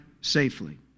safely